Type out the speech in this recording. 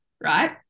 right